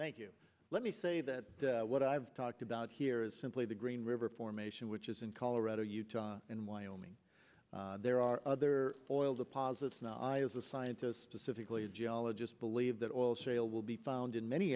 thank you let me say that what i've talked about here is simply the green river formation which is in colorado utah and wyoming there are other oil deposits now i as a scientist pacifically a geologist believe that oil shale will be found in many